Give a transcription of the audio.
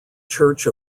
church